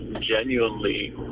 genuinely